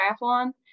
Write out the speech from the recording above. Triathlon